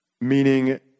Meaning